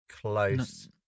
close